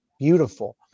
Beautiful